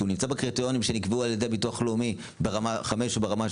שנמצא בקריטריונים שנקבעו על ידי ביטוח לאומי ברמה 5 או ברמה,